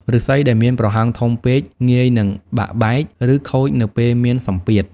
ឫស្សីដែលមានប្រហោងធំពេកងាយនឹងបាក់បែក ឬខូចនៅពេលមានសម្ពាធ។